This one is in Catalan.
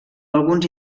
alguns